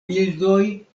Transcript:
bildoj